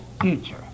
future